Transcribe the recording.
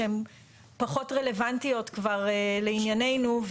שהן פחות רלוונטיות לענייננו,